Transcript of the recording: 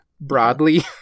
broadly